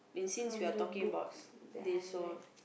from the books that I read